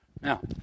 Now